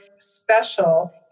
special